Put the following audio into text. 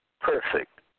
perfect